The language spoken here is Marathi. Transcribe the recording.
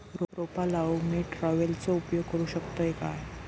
रोपा लाऊक मी ट्रावेलचो उपयोग करू शकतय काय?